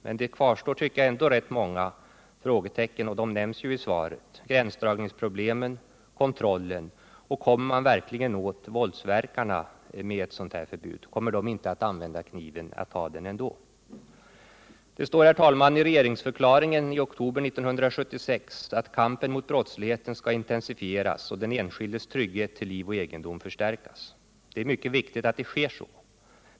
Men rätt många frågetecken kvarstår, tycker jag, och det nämns också i svaret: gränsdragningsproblemen, kontrollen, kommer man verkligen åt våldsverkarna medelst förbud - kommer de inte att ha kniv ändå? Det står i regeringsförklaringen från oktober 1976 att kampen mot brottsligheten skall intensifieras och den enskildes trygghet till liv och egendom förstärkas. Det är mycket viktigt att så sker.